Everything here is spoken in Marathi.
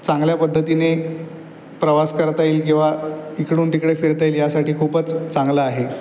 चांगल्या पद्धतीने प्रवास करता येईल किंवा इकडून तिकडे फिरता येईल यासाठी खूपच चांगलं आहे